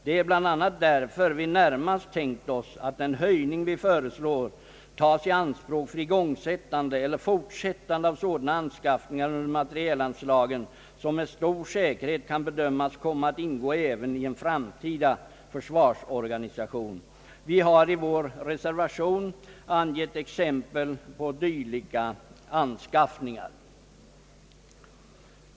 Det är bl.a. därför vi närmast tänkt oss att den höjning vi föreslår tas i anspråk för igångsättande eller fortsättande av sådana anskaffningar under materielanslagen, som med stor säkerhet kan bedömas komma att ingå även i en framtida försvarsorganisation. Vi har i vår reservation angett exempel på dylika anskaffningar.